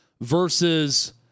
versus